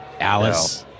Alice